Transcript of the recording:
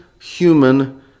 human